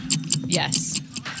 Yes